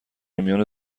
میان